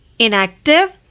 Inactive